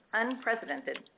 unprecedented